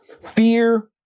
Fear